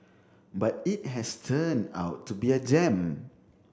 but it has turned out to be a gem